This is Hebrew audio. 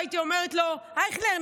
והייתי אומרת לו: אייכלר,